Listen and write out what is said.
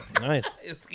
nice